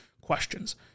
questions